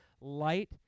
Light